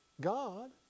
God